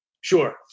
Sure